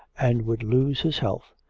and would lose his health,